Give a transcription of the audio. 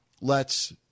lets